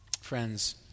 Friends